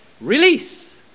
release